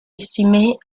estimées